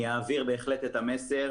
בהחלט אני אעביר את המסר